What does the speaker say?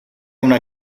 una